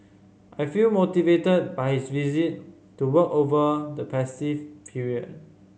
I feel motivated by his visit to work over the festive period